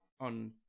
on